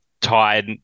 tired